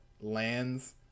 lands